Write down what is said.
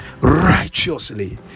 righteously